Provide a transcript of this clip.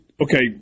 okay